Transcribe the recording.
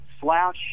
slash